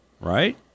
right